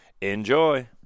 Enjoy